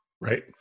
Right